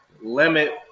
limit